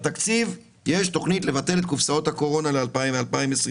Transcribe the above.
בתקציב יש תוכנית לבטל את קופסאות הקורונה ל-2022.